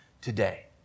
today